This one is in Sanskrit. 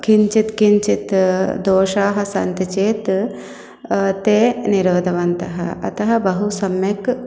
किञ्चित् किञ्चित् दोषाः सन्ति चेत् ते निरूढवन्तः अतः बहु सम्यक्